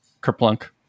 Kerplunk